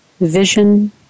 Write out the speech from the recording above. vision